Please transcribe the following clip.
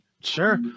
Sure